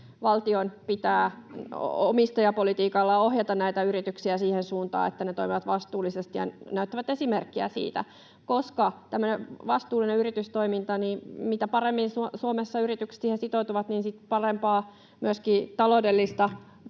valtion pitää omistajapolitiikallaan ohjata näitä yrityksiä siihen suuntaan, että ne toimivat vastuullisesti ja näyttävät esimerkkiä siitä, koska tämmöinen vastuullinen yritystoiminta on niin, että mitä paremmin Suomessa yritykset siihen sitoutuvat, myöskin sitä parempaa taloudellista kannattavuutta,